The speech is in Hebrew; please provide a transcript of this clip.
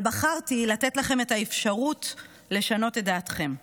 אבל בחרתי לתת לכם את האפשרות לשנות את דעתכם,